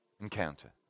encounter